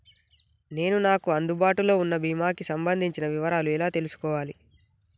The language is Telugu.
నేను నాకు అందుబాటులో ఉన్న బీమా కి సంబంధించిన వివరాలు ఎలా తెలుసుకోవాలి?